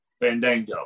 Fandango